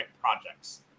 projects